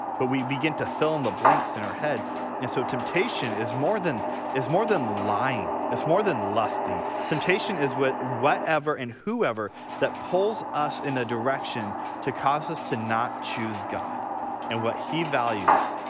but we begin to fill in the blanks in our head and so temptation is more than is more than lying, it's more than lusting, temptation is what whatever and whoever that pulls us in a direction to cause us to not choose god and what he values.